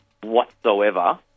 whatsoever